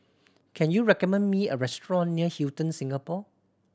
can you recommend me a restaurant near Hilton Singapore